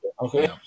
Okay